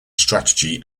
strategy